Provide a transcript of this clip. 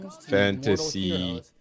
fantasy